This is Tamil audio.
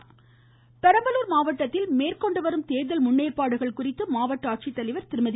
பெரம்பலூர் வாய்ஸ் பெரம்பலூர் மாவட்டத்தில் மேற்கொண்டு வரும் தேர்தல் முன்னேற்பாடுகள் குறித்து மாவட்ட ஆட்சித்தலைவர் திருமதி